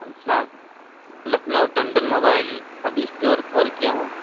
علیکم السلام Lucknow Tandon mobile hub store call کیا ہوں